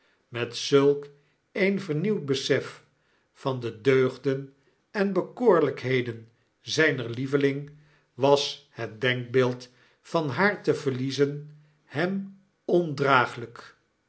met zulk een vernieuwd besef van de deugden en bekoorlykheden zyner lieveling was het denkbeeld van haar te verliezen hem ondraaglyk